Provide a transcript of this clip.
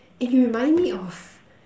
and you remind me of